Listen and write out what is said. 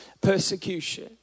persecution